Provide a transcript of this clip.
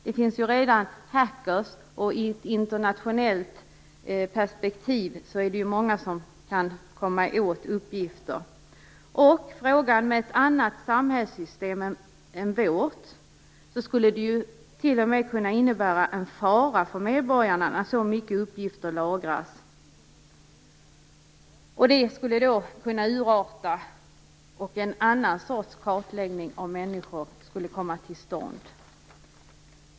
Det finns ju hackers, och i ett internationellt perspektiv är det många som kan komma åt uppgifter. Med ett annat samhällssystem än vårt skulle det t.o.m. kunna innebära en fara för medborgarna att så många uppgifter lagras. Det skulle kunna urarta och en annan sorts kartläggning av människor skulle komma till stånd.